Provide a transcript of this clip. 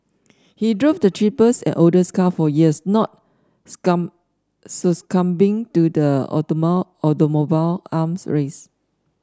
he drove the cheapest and oldest car for years not succumbing to the automobile arms race